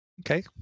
Okay